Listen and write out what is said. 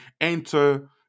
enter